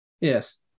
Yes